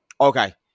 Okay